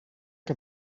que